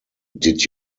did